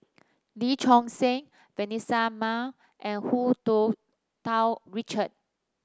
Lee Choon Seng Vanessa Mae and Hu Tsu Tau Richard